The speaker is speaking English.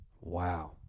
Wow